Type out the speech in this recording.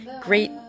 great